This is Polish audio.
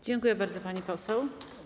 Dziękuję bardzo, pani poseł.